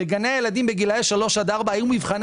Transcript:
בגני הילדים בגילאי שלוש עד ארבע היו מבחני